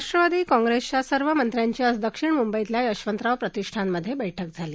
राष्ट्रवादी काँग्रस्तिया सर्व मंत्र्यांची आज दक्षिण मुंबईतल्या यशवंतराव प्रतिष्ठानमध्यबैठक झाली